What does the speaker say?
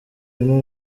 ampa